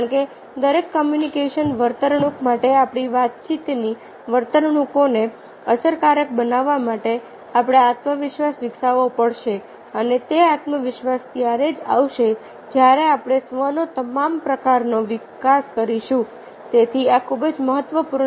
કારણ કે દરેક કોમ્યુનિકેશન વર્તણૂક માટે આપણી વાતચીતની વર્તણૂકોને અસરકારક બનાવવા માટે આપણે આત્મવિશ્વાસ વિકસાવવો પડશે અને તે આત્મવિશ્વાસ ત્યારે જ આવશે જ્યારે આપણે આ સ્વનો તમામ પ્રકારનો વિકાસ કરીશું તેથી આ ખૂબ જ મહત્વપૂર્ણ છે